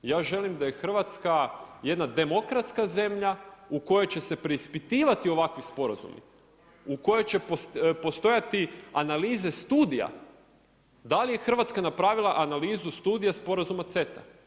Ja želim da j Hrvatska jedna demokratska zemlja u kojoj će se preispitivati ovakvi sporazumi, u kojoj će postojati analize studija, da li je Hrvatska napravila analizu studija sporazum o CETA?